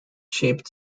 shaped